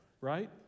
right